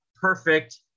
perfect